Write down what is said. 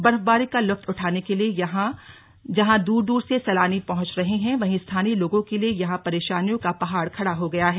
बर्फबारी का लुत्फ उठाने के लिए यहां जहां दूर दूर से सैलानी पहुंच रहे हैं वहीं स्थानीय लोगों के लिए यहां परेशानियों का पहाड़ खड़ा हो गया है